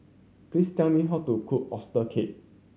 please tell me how to cook oyster cake